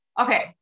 Okay